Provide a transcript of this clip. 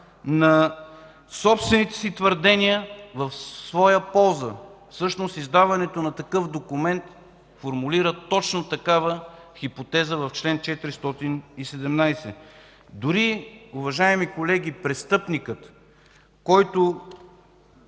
на собствените си твърдения в своя полза. Всъщност издаването на такъв документ формулира точно такава хипотеза в чл. 417. Дори, уважаеми колеги, престъпникът, който